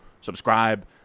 subscribe